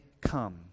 come